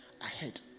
ahead